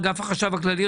אגף החשב הכללי,